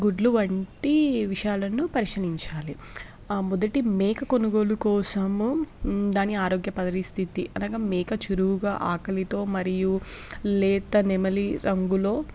గుడ్లు వంటి విషయాలను పరిశీలించాలి మొదటి మేక కొనుగోలు కోసము దాని ఆరోగ్య పరిస్థితి అనగా మేక చురుకుగా ఆకలితో మరియు లేత నెమలి రంగులో